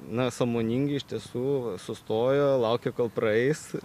na sąmoningi iš tiesų sustojo laukia kol praeis